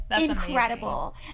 incredible